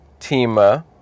Tima